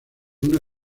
una